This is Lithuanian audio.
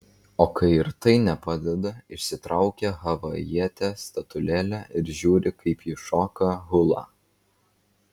o kai ir tai nepadeda išsitraukia havajietės statulėlę ir žiūri kaip ji šoka hulą